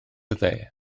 dde